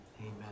amen